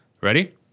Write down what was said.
Ready